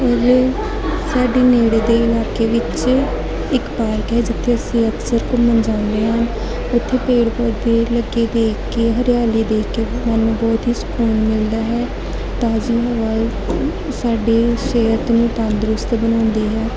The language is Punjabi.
ਔਰ ਸਾਡੇ ਨੇੜੇ ਦੇ ਇਲਾਕੇ ਵਿੱਚ ਇੱਕ ਪਾਰਕ ਹੈ ਜਿੱਥੇ ਅਸੀਂ ਅਕਸਰ ਘੁੰਮਣ ਜਾਂਦੇ ਹਾਂ ਉੱਥੇ ਪੇੜ ਪੌਦੇ ਲੱਗੇ ਦੇਖ ਕੇ ਹਰਿਆਲੀ ਦੇਖ ਕੇ ਮਨ ਨੂੰ ਬਹੁਤ ਹੀ ਸਕੂਨ ਮਿਲਦਾ ਹੈ ਤਾਜ਼ੀ ਹਵਾ ਸਾਡੀ ਸਿਹਤ ਨੂੰ ਤੰਦਰੁਸਤ ਬਣਾਉਂਦੀ ਹੈ